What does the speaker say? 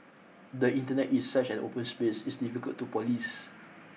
the Internet is such an open space it's difficult to police